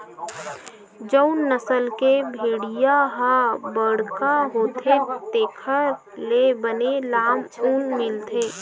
जउन नसल के भेड़िया ह बड़का होथे तेखर ले बने लाम ऊन मिलथे